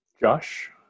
Josh